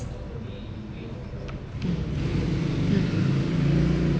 mm